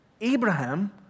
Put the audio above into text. Abraham